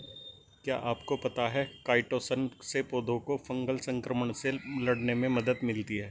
क्या आपको पता है काइटोसन से पौधों को फंगल संक्रमण से लड़ने में मदद मिलती है?